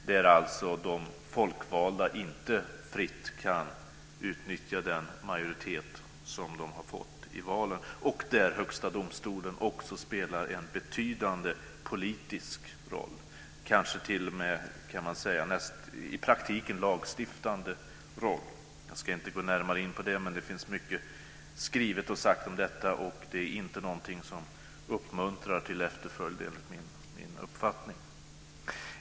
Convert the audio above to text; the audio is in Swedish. De folkvalda kan alltså inte fritt utnyttja den majoritet som de fått i val, och Högsta domstolen spelar en betydande politisk roll, i praktiken kanske en lagstiftande roll. Jag ska inte gå in närmare på detta. Det finns mycket både skrivet och sagt om detta. Enligt min uppfattning är det ingenting som uppmuntrar till efterföljd.